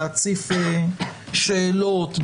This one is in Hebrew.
להציף שאלות,